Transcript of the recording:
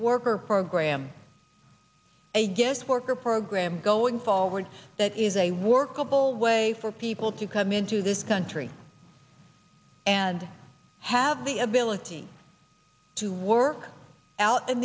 worker program a guest worker program going forward that is a workable way for people to come into this country and have the ability to work out in